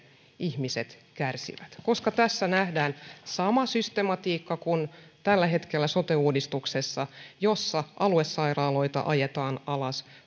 ihmiset kärsivät tässä nähdään sama systematiikka kuin tällä hetkellä sote uudistuksessa jossa aluesairaaloita ajetaan alas